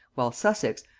while sussex,